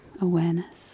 awareness